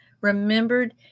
remembered